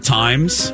times